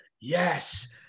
Yes